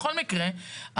בכל מקרה,